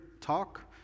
talk